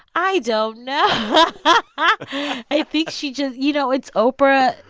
i don't know but i think she just you know, it's oprah.